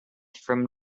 from